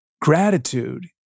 gratitude